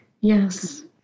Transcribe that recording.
Yes